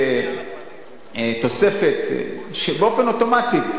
תוספת מסוימת באופן אוטומטי,